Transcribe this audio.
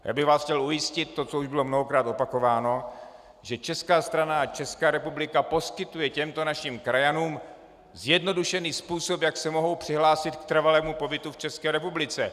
Já bych vás chtěl ujistit v tom, co už bylo několikrát opakováno, že Česká republika poskytuje těmto našim krajanům zjednodušený způsob, jak se mohou přihlásit k trvalému pobytu v České republice.